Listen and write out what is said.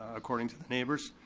according to the neighbors.